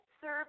serve